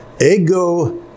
ego